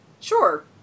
sure